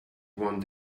one